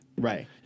Right